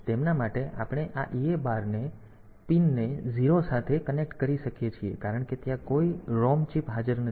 તેથી તેમના માટે આપણે આ EA બાર પિનને 0 સાથે કનેક્ટ કરી શકીએ છીએ કારણ કે ત્યાં કોઈ ROM ચિપ હાજર નથી